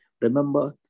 remember